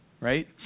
right